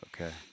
Okay